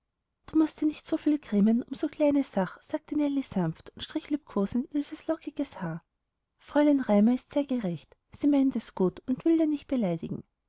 du mußt dir nicht so viel grämen um so kleine sach sagte nellie sanft und strich liebkosend ilses lockiges haar fräulein raimar ist sehr gerecht sie meint es gut und will dir nicht beleidigen